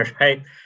Right